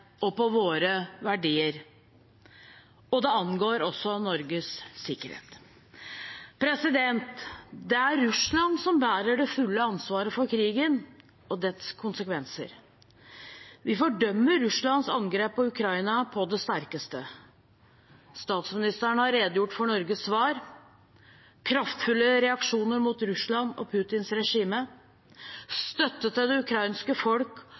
og på våre verdier, og det angår også Norges sikkerhet. Det er Russland som bærer det fulle ansvar for krigen og dets konsekvenser. Vi fordømmer Russlands angrep på Ukraina på det sterkeste. Statsministeren har redegjort for Norges svar – kraftfulle reaksjoner mot Russland og Putins regime, støtte til det ukrainske folk